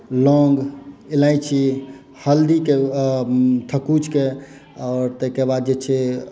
लौङ्ग इलायची हल्दीके थकुचिके आओर ताहिके बाद जे छै